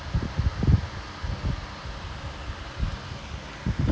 !wow! but legit eh they put here what standard notation invalid